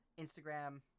instagram